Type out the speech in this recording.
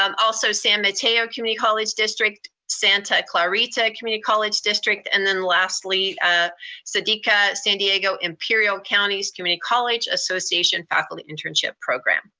um also san mateo community college district, santa clarita community college district, and then lastly sdiccca, san diego imperial counties community college association faculty internship program.